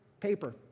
paper